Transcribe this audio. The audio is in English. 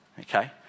Okay